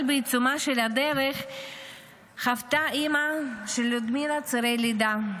אבל בעיצומה של הדרך חוותה אימא של לודמילה צירי לידה.